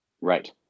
Right